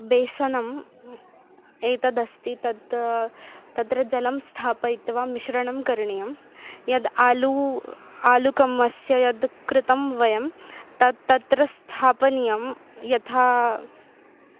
बेसनम् एतदस्ति तत् तत्र जलं स्थापयित्वा मिश्रणं करणीयं यद् आलु आलुकम्मस्य यद् कृतं वयं तत् तत्र स्थापनीयं यथा